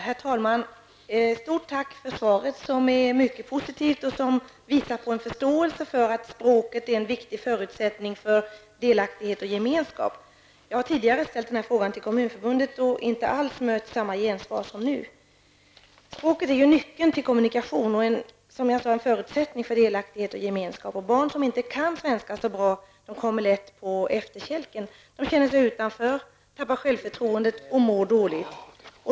Herr talman! Ett stort tack för svaret, som är mycket positivt och som visar på en förståelse för att språket är en viktig förutsättning för delaktighet och gemenskap. Jag har tidigare ställt den här frågan till Kommunförbundet, men då inte alls fått samma gensvar som nu. Språket är ju nyckeln till kommunikation och, som jag sade, en förutsättning för delaktighet och gemenskap. Barn som inte kan svenska så bra kommer lätt på efterkälken. De känner sig utanför, tappar självförtroendet och mår dåligt.